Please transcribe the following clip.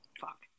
Fuck